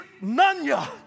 none